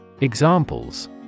Examples